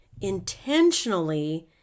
intentionally